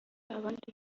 abandi